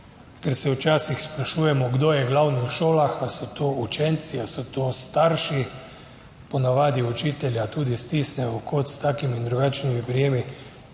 Ker se včasih sprašujemo, kdo je glavni v šolah, ali so to učenci ali so to starši. Po navadi učitelja tudi stisnejo v kot s takimi in drugačnimi prijemi